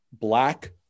black